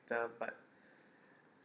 ~tor but